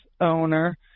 owner